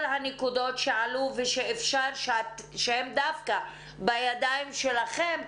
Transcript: הנקודות שאלו והם דווקא בידיים שלכם,